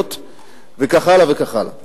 רפואיות וכך הלאה וכך הלאה.